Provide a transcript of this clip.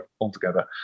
altogether